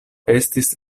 estis